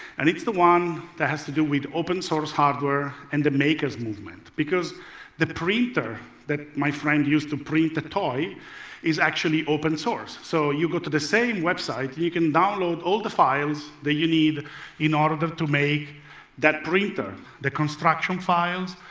and it's the one that has to do with open-source hardware and the maker's movement, because the printer that my friend used to print the toy is actually open-source. so you go to the same website, you can download all the files that you need in order to make that printer the construction files,